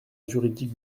juridique